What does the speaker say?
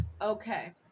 Okay